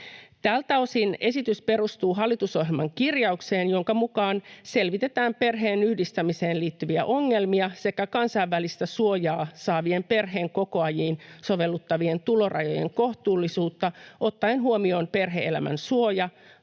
Tältä osin esitys perustuu hallitusohjelman kirjaukseen, jonka mukaan ”selvitetään perheenyhdistämiseen liittyviä ongelmia sekä kansainvälistä suojaa saavien perheenkokoajiin sovellettavien tulorajojen kohtuullisuutta ottaen huomioon perhe-elämän suoja,